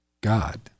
God